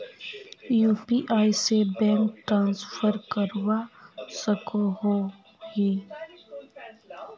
UPI से bank transfer करवा सकोहो ही?